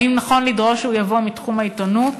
האם נכון לדרוש שהוא יבוא מתחום העיתונות,